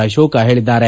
ಅಶೋಕ ಹೇಳಿದ್ಗಾರೆ